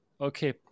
Okay